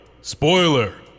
Spoiler